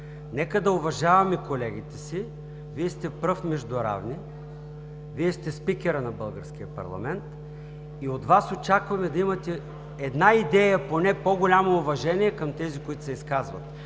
Нека да уважаваме колегите си. Вие сте пръв между равни. Вие сте спикерът на българския парламент и от Вас очакваме да имате една идея поне по-голямо уважение към тези, които се изказват.